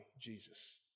Jesus